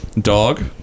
Dog